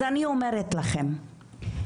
אז אני אומרת לכם,